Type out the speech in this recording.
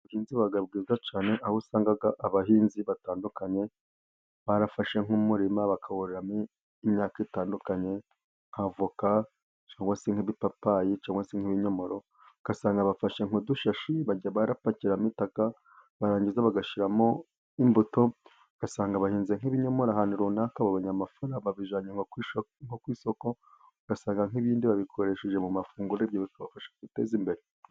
Ubuhinzi buba bwiza cyane ,aho usanga abahinzi batandukanye barafashe nk'umurima bakawuteramo imyaka itandukanye ,nk'avoka cyangwa se nk'igipapayi, cyangwa se nk'ikinyomoro, ugasanga bafashe nk'udushashi bagiye barapakiramo nk'itaka barangiza bagashyiramo imbuto, ugasanga bahinze nk'ibinyomoro, ahantu runaka babonye nk'amafaranga babijyanye nko ku isoko, ugasanga nk'ibindi babikoresheje mu mafunguro ibyo bikabafasha kwiteza imbere.